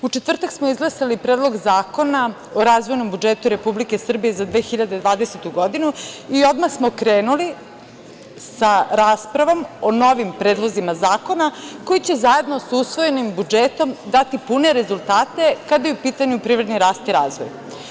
U četvrtak smo izglasali Predlog zakona o razvojnom budžetu Republike Srbije za 2020. godinu i odmah smo krenuli sa raspravom o novim predlozima zakona koji će zajedno sa usvojenim budžetom dati pune rezultate kada je u pitanju privredni rast i razvoj.